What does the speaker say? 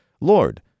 Lord